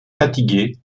fatigués